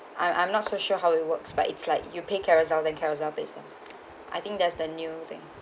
I'm I'm not so sure how it works but it's like you pay Carousell then Carousell pay seller I think that's the new thing